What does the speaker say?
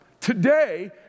Today